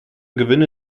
gewinne